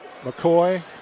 McCoy